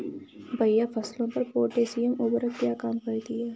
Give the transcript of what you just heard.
भैया फसलों पर पोटैशियम उर्वरक क्या काम करती है?